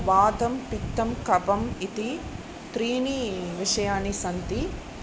वातं पित्तं कफम् इति त्रीणि विषयानि सन्ति